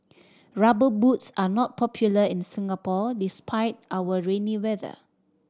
Rubber Boots are not popular in Singapore despite our rainy weather